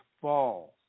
falls